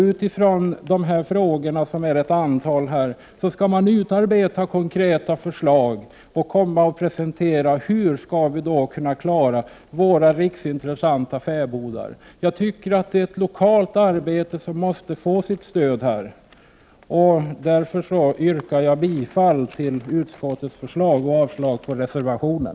Utifrån dessa och ett antal andra frågor skall konkreta förslag utarbetas till hur vi skall kunna behålla våra riksintressanta fäbodar. Detta är ett lokalt arbete som måste få sitt eget stöd. Med detta yrkar jag bifall till utskottets hemställan och avslag på reservationen.